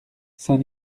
saint